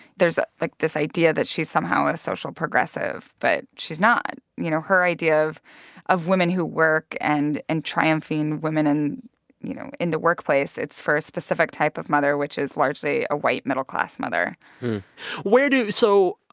there's, like, this idea that she's somehow a social progressive, but she's not. you know, her idea of of women who work and and triumphing women and you know, in the workplace, it's for a specific type of mother which is largely a white, middle-class mother where do so